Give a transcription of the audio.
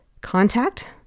contact